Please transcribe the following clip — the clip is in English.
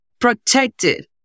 protected